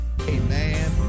Amen